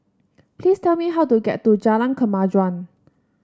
please tell me how to get to Jalan Kemajuan